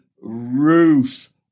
roof